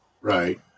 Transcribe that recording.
right